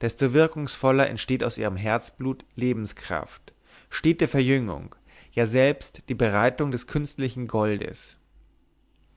desto wirkungsvoller entsteht aus ihrem herzblut lebenskraft stete verjüngung ja selbst die bereitung des künstlichen goldes